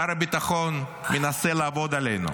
שר הביטחון מנסה לעבוד עלינו,